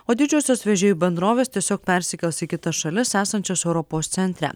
o didžiosios vežėjų bendrovės tiesiog persikels į kitas šalis esančias europos centre